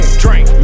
drink